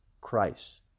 Christ